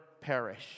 perish